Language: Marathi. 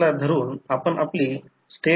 तर R1 I1 R1 j I1 X1